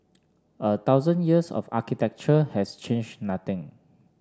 a thousand years of architecture has changed nothing